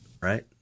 right